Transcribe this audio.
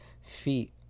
feet